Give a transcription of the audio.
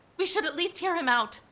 we should at least hear him out.